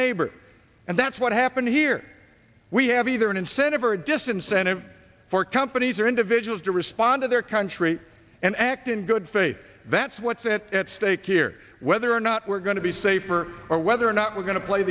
neighbors and that's what happened here we have either an incentive or a disincentive for companies or individuals to respond to their country and act in good faith that's what's at stake here whether or not we're going to be safer or whether or not we're going to play